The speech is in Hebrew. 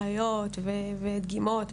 ראיות ודגימות,